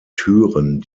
türen